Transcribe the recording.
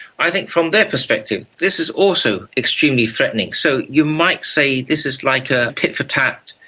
i think from their perspective this is also extremely threatening. so you might say this is like a tit-for-tat.